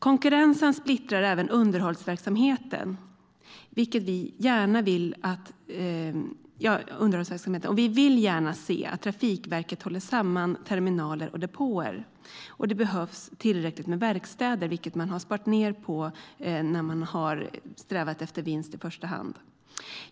Konkurrensen splittrar även underhållsverksamheten, och vi vill gärna se att Trafikverket håller samman terminaler och depåer. Det behövs också tillräckligt med verkstäder, vilket man har sparat in på när man i första hand har strävat efter vinst.